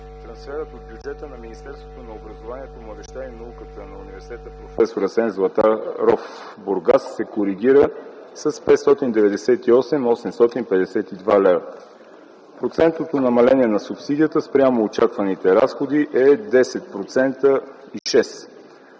трансферът от бюджета на Министерството на образованието, младежта и науката на Университет „Проф. Асен Златаров” – Бургас се коригира с 598 852 лв. Процентното намаление на субсидията спрямо очакваните разходи е 10,6%,